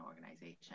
organization